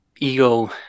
ego